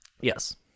Yes